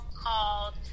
called